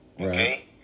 Okay